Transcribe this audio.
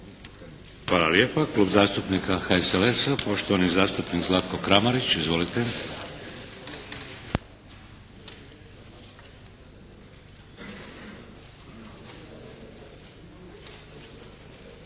Hvala lijepa. Klub zastupnika HSLS-a, poštovani zastupnik Zlatko Kramarić. Izvolite.